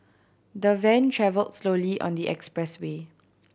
the van travelled slowly on the expressway